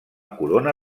corona